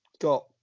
got